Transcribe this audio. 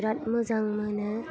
बिराद मोजां मोनो